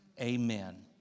Amen